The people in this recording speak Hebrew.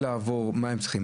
מה הם צריכים,